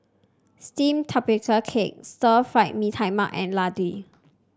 steamed Tapioca Cake Stir Fried Mee Tai Mak and Laddu